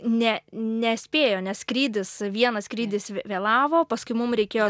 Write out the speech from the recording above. ne nespėjo nes skrydis vienas skrydis vėlavo paskui mum reikėjo